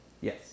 yes